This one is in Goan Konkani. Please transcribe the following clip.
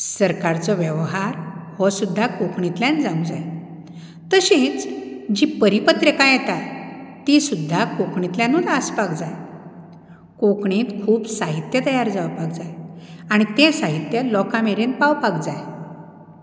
सरकारचो वेवहार हो सुद्दां कोंकणींतल्यान जावं जाय तशेंच जी परिपत्रकां येता ती सुद्दां कोंकणींतल्यानूच आसपाक जाय कोंकणींत खूब साहित्य तयार जावपाक जाय आनी तें साहित्य लोकां मेरेन पावपाक जाय